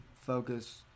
focus